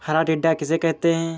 हरा टिड्डा किसे कहते हैं?